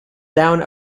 down